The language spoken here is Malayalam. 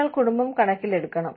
നിങ്ങൾ കുടുംബം കണക്കിലെടുക്കണം